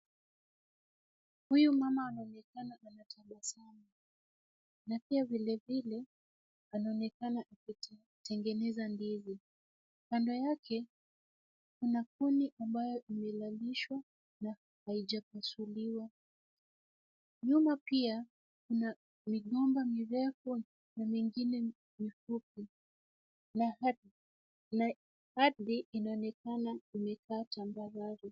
Huyu mama anaonekana ametabasamu na pia vilevile anaonekana kutengeneza ndizi. Kando yake kuna kuni ambayo imelalishwa na haijapasuliwa. Nyuma pia kuna migomba mirefu na mingine mifupi na ardhi inaonekana imekaa tambararu.